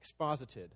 exposited